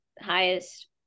highest